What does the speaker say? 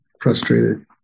frustrated